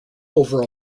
over